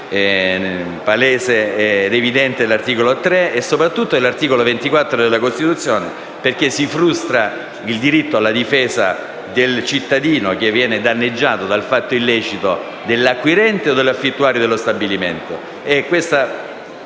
violazione palese ed evidente dell'articolo 3 e soprattutto dell'articolo 24 della Costituzione, perché si frustra il diritto alla difesa del cittadino, che viene danneggiato dal patto illecito dell'acquirente o dell'affittuario dello stabilimento.